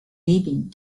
leaving